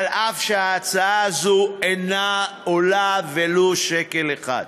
אף-על-פי שההצעה הזו אינה עולה ולו שקל אחד.